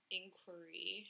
inquiry